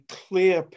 clear